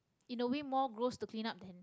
in a way more gross to clean up than